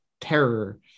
terror